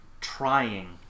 trying